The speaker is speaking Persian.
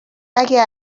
اگه